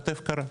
כתף קרה.